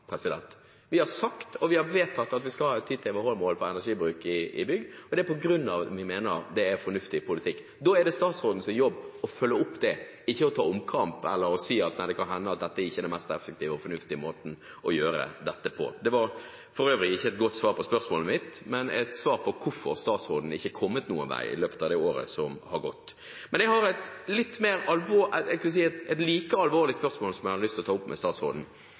Vi har sagt, og vi har vedtatt, at vi skal ha et 10 TWh-mål for energibruk i bygg, og det er på grunn av at vi mener det er fornuftig politikk. Da er det statsrådens jobb å følge opp det, ikke å ta en omkamp eller å si at kan hende er ikke dette den mest fornuftige og effektive måten å gjøre det på. Det var for øvrig ikke et godt svar på spørsmålet mitt, men et svar på hvorfor statsråden ikke er kommet noen vei i løpet av det året som har gått. Jeg har et like alvorlig spørsmål som jeg har lyst til å ta opp med statsråden,